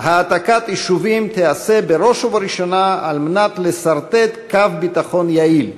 "העתקת יישובים תיעשה בראש ובראשונה על מנת לסרטט קו ביטחון יעיל".